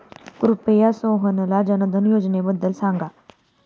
कृपया सोहनला जनधन योजनेबद्दल सांगा